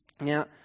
Now